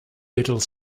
little